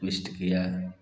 wrist किया